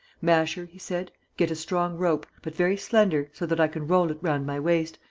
masher, he said, get a strong rope, but very slender, so that i can roll it round my waist,